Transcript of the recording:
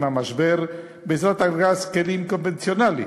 המשבר בעזרת ארגז כלים קונבנציונלי,